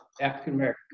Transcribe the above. African-American